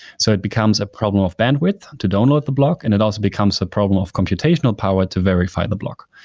so it becomes a problem of bandwidth to download the block and it also becomes a problem of computational power to verify the block.